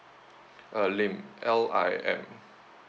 uh lim L I M